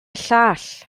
llall